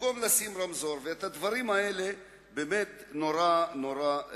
הדברים האלה באמת נורא נורא,